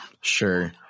sure